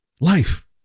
Life